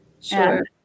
Sure